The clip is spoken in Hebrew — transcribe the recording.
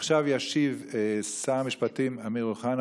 עכשיו ישיב שר המשפטים אמיר אוחנה.